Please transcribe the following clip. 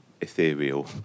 ethereal